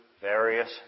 various